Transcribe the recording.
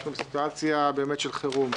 אלא בסיטואציה של חירום.